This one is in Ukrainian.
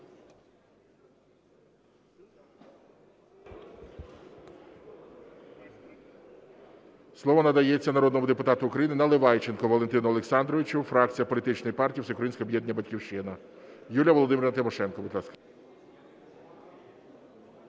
Слово надається народному депутату України Наливайченко Валентину Олександровичу, фракція Політичної партії Всеукраїнське об'єднання "Батьківщина". Юлія Володимирівна Тимошенко, будь ласка.